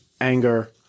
anger